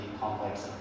complex